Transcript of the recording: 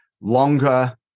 longer